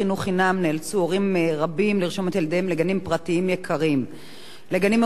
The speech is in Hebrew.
נאלצו הורים רבים לרשום את ילדיהם לגנים פרטיים יקרים ולגנים מרוחקים,